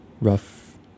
rough